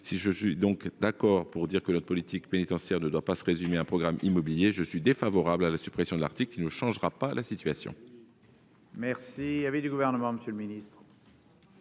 Si je suis donc d'accord pour dire que notre politique pénitentiaire ne doit pas se résumer à un programme immobilier, je suis hostile à la suppression de l'article, qui ne changera pas la situation.